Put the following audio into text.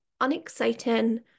unexciting